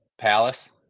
Palace